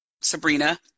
Sabrina